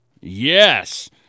Yes